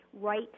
right